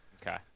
Okay